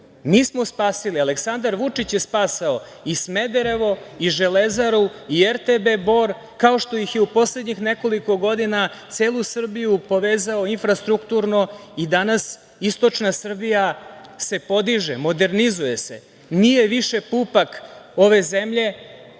smo spasili, Aleksandar Vučić je spasio i Smederevo, i Železaru i RTB Bor, kao što je u poslednjih nekoliko godina celu Srbiju povezao infrastrukturno i danas Istočna Srbija se podiže, modernizuje se, nije više pupak ove zemlje